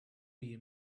you